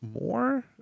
more